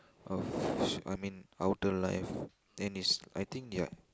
of I mean outer life then it's I think they are